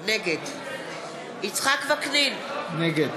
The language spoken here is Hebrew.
נגד יצחק וקנין, נגד